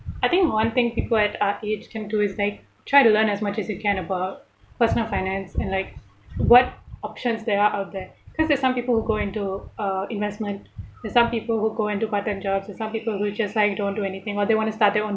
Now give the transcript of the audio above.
I think one thing people our age can do is like try to learn as much as you can about personal finance and like what options there are out that because there's some people who go into uh investment there's some people who go into part-time jobs there's some people who just like don't do anything but they want to start their own